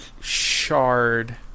shard